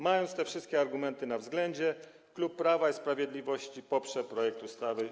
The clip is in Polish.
Mając te wszystkie argumenty na względzie, klub Prawo i Sprawiedliwość poprze projekt ustawy.